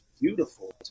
beautiful